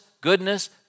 goodness